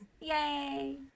yay